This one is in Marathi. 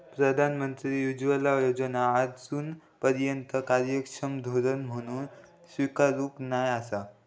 प्रधानमंत्री उज्ज्वला योजना आजूनपर्यात कार्यक्षम धोरण म्हणान स्वीकारूक नाय आसा